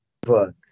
book